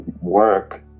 work